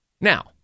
Now